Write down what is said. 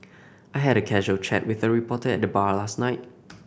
I had a casual chat with a reporter at the bar last night